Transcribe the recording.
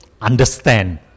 understand